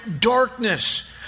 darkness